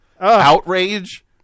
Outrage